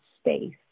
space